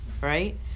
right